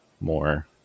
more